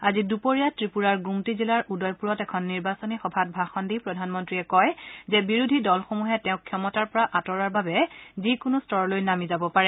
আজি দুপৰীয়া ৱিপুৰাৰ গোম্তী জিলাৰ উদয়পুৰত এখন নিৰ্বাচনী সভাত ভাষণ দি প্ৰধানমন্ত্ৰীয়ে কয় যে বিৰোধী দলসমূহে তেওঁক ক্ষমতাৰ পৰা আঁতৰোৱাৰ বাবে যিকোনো স্তৰলৈ নামি যাব পাৰে